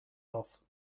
off